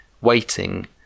waiting